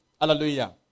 Hallelujah